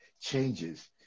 changes